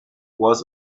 was